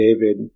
David